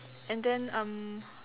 and then um